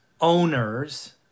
owners